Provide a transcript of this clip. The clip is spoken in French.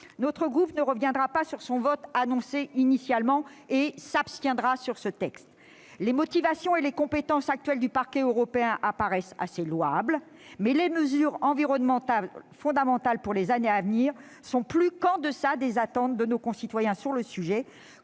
notre groupe ne reviendra pas sur son vote annoncé initialement et s'abstiendra sur ce texte. En effet, les motivations et les compétences actuelles du Parquet européen apparaissent comme assez louables, mais les mesures environnementales fondamentales pour les années à venir sont plus qu'en deçà des attentes de nos concitoyens sur le sujet.